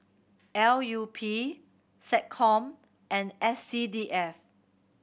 L U P SecCom and S C D F